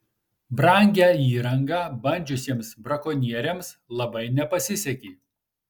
brangią įrangą bandžiusiems brakonieriams labai nepasisekė